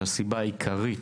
זאת הסיבה העיקרית